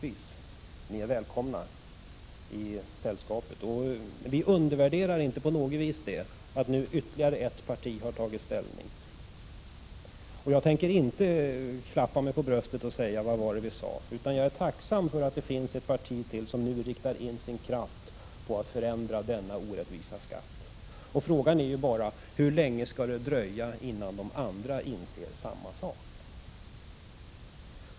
Ni är välkomna i sällskapet. Vi undervärderar inte på något vis att ytterligare ett parti har tagit ställning. Jag tänker inte klappa mig för bröstet och säga: Vad var det vi sade. Jag är i stället tacksam för att ytterligare ett parti riktar in sin kraft på att förändra denna orättvisa skatt. Frågan är bara hur länge det skall dröja innan de andra partierna inser samma sak.